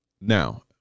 Now